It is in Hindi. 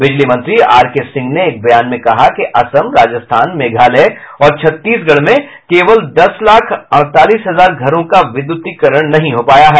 बिजली मंत्री आरके सिंह ने एक बयान में कहा कि असम राजस्थान मेघालय और छत्तीसगढ़ में केवल दस लाख अड़तालीस हजार घरों का विद्युतीकरण नहीं हो पाया है